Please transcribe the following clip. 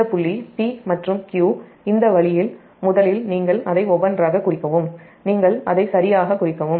இந்த புள்ளி p மற்றும் q இந்த வழியில் முதலில் நீங்கள் அதை ஒவ்வொன்றாக குறிக்கவும் நீங்கள் அதை சரியாக குறிக்கவும்